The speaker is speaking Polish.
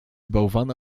bałwana